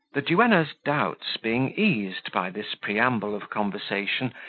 the duenna's doubts being eased by this preamble of conversation,